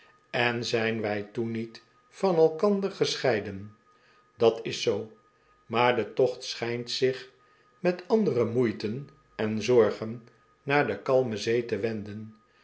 en zijn wij toen niet van elkander gescheiden dat is zoo maar de tocht schijnt zich met andere moeiten en zorgen naar de kalme zee te wenden